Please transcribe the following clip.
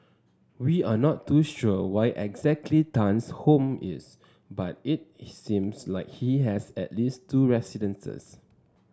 we are not too sure where exactly Tan's home is but it he seems like he has at least two residences